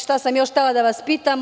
Šta sam još htela da vas pitam?